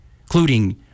including